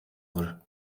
over